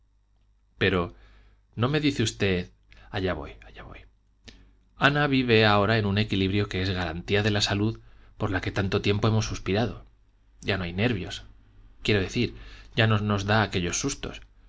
pero no me dice usted allá voy ana vive ahora en un equilibrio que es garantía de la salud por la que tanto tiempo hemos suspirado ya no hay nervios quiero decir ya no nos da aquellos sustos